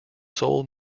soul